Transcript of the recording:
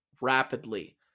rapidly